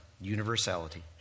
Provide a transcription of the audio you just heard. universality